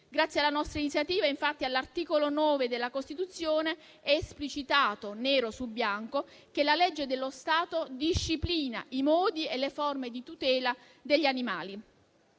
Grazie alla nostra iniziativa, infatti, all'articolo 9 della Costituzione è esplicitato - nero su bianco - che la legge dello Stato disciplina i modi e le forme di tutela degli animali.